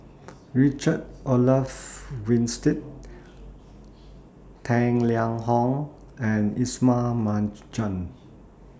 Richard Olaf Winstedt Tang Liang Hong and Ismail Marjan